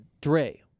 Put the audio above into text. dre